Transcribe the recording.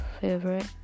favorite